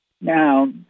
Now